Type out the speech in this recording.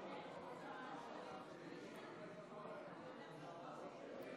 עשר דקות לרשותך.